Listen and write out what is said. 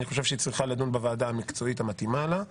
אני חושב שהיא צריכה לדון בוועדה המקצועית המתאימה לה,